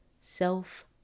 self